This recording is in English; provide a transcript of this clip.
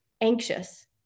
anxious